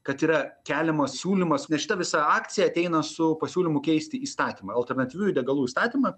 kad yra keliamas siūlymas nes šita visa akcija ateina su pasiūlymu keisti įstatymą alternatyviųjų degalų įstatymą